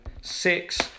six